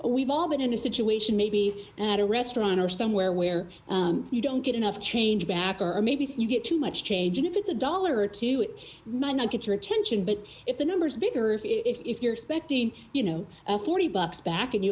we've all been in a situation maybe at a restaurant or somewhere where you don't get enough change back are maybe you get too much change and if it's a dollar or two it might not get your attention but if the numbers bigger if you're expecting you know forty bucks back and you